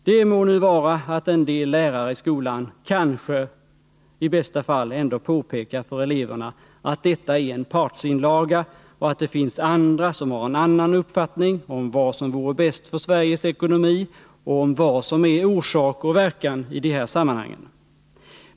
Det må nu vara att en del lärare i skolan kanske i bästa fall ändå påpekar för eleverna att detta är en partsinlaga och att det finns andra som har en annan uppfattning om vad som vore bäst för Sveriges ekonomi och om vad som är orsak och verkan i de här sammanhangen.